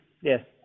Yes